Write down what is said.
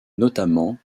notamment